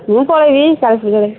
ମୁଁ ପଳାଇବି କାଳୀ ପୂଜାରେ